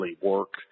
work